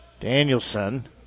Danielson